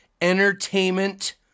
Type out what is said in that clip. Entertainment